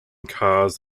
cars